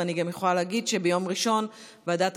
ואני גם יכולה להגיד שביום ראשון ועדת